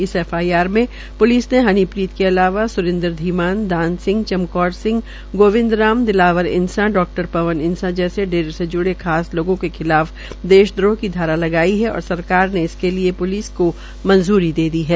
इस एफआईआर में प्लिस ने हनीप्रीत के अलावा स्रिंदर धीमान दान सिंह चमकौर सिंह गोविंद राम दिलावर इसां डॉ पवन इसां जैसे डेरे से जुड़े खास लोगों के खिलाफ देश द्रोह की धारा लगाई है और सरकार ने इसके लिये प्लिस को मंजूरी दे दी है